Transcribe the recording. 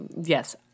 Yes